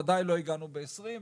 ועדיין לא הגענו ב-2020,